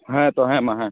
ᱦᱮᱸ ᱛᱚ ᱦᱮᱸ ᱢᱟ ᱦᱮᱸ